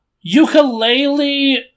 Ukulele